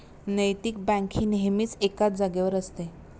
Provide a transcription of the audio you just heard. नैतिक बँक ही नेहमीच एकाच जागेवर असते